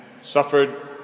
suffered